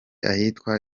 ahitwa